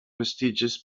prestigious